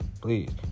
please